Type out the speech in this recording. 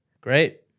Great